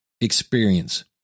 experience